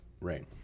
Right